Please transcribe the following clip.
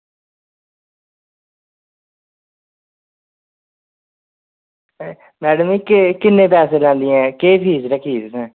madam होर किन्ने पैसे लैंदियां केह् फीस लाई दी तुसें